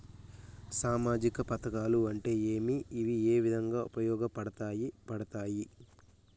సామాజిక పథకాలు అంటే ఏమి? ఇవి ఏ విధంగా ఉపయోగపడతాయి పడతాయి?